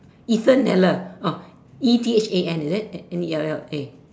Ethan-Nella oh E T H A N is it N E L L A